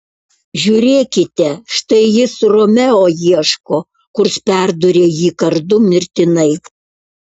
žiūrėkite štai jis romeo ieško kurs perdūrė jį kardu mirtinai